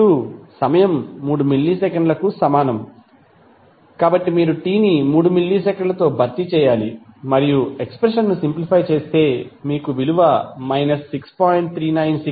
ఇప్పుడు సమయం 3 మిల్లీసెకన్లకు సమానం కాబట్టి మీరు t ని 3 మిల్లీసెకన్లతో భర్తీ చేయాలి మరియు ఎక్స్ప్రెషన్ ను సింప్లిఫై చేస్తే మీకు విలువ మైనస్ 6